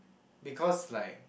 because like